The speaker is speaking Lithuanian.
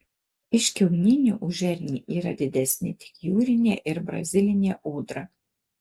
iš kiauninių už ernį yra didesni tik jūrinė ir brazilinė ūdra